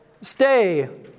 Stay